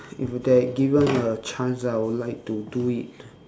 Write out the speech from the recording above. if there given a chance I would like to do it